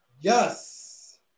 yes